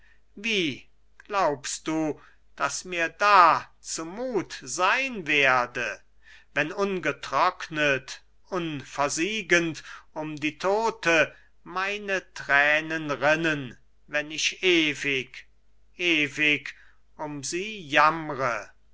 wie glaubst du daß mir da zu muth sein werde wenn ungetrocknet unversiegend um die todte meine thränen rinnen wenn ich ewig ewig um sie jammre